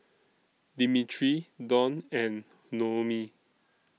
Dimitri Donn and Noemie